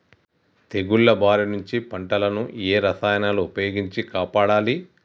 తెగుళ్ల బారి నుంచి పంటలను ఏ రసాయనాలను ఉపయోగించి కాపాడాలి?